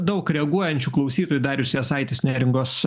daug reaguojančių klausytojų darius jasaitis neringos